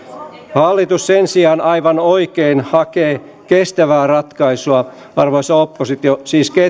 hallitus sen sijaan aivan oikein hakee kestävää ratkaisua arvoisa oppositio siis